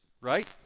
right